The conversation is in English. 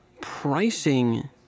pricing